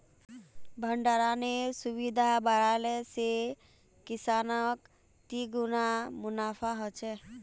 भण्डरानेर सुविधा बढ़ाले से किसानक तिगुना मुनाफा ह छे